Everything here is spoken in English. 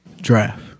draft